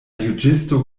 juĝisto